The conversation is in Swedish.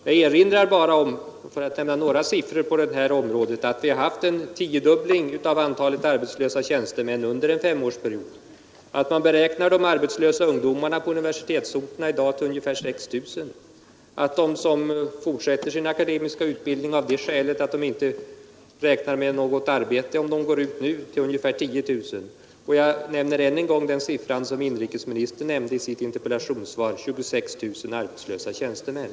Jag erinrar bara om — för att nämna några siffror på detta område — att vi haft en tiodubbling av antalet arbetslösa tjänstemän under en femårsperiod, att man i dag beräknar de arbetslösa ungdomarna på universitetsorterna till ungefär 6 000, att de som fortsätter sin akademiska utbildning av det skälet att de inte nu räknar med att få något arbete uppgår till ungefär 10 000. Och jag nämner ännu en gång den siffra som inrikesministern anförde i sitt interpellationssvar — 26 000 arbetslösa tjänstemän.